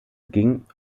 ging